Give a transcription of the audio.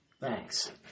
Thanks